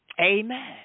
Amen